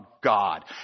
God